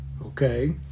okay